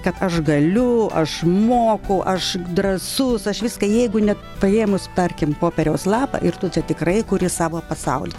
kad aš galiu aš moku aš drąsus aš viską jeigu ne paėmus tarkim popieriaus lapą ir tu tikrai kuri savo pasaulį